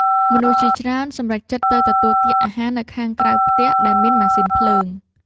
មនុស្សជាច្រើនសម្រេចចិត្តទៅទទួលទានអាហារនៅខាងក្រៅផ្ទះ ដែលមានម៉ាស៊ីនភ្លើង។